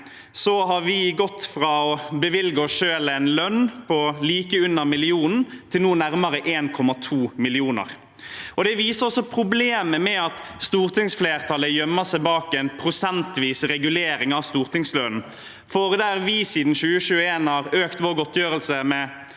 har vi gått fra å bevilge oss selv en lønn på like under 1 mill. kr til nå nærmere 1,2 mill. kr. Det viser også problemet med at stortingsflertallet gjemmer seg bak en prosentvis regulering av stortingslønnen, for der vi siden 2021 har økt vår godtgjørelse med